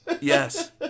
Yes